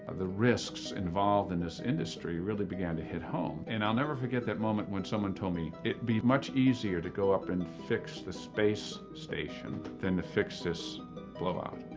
the risks involved in this industry really began to hit home and i'll never forget that moment when someone told me, it'd be much easier to go up in fix the space station than to fix this blowout.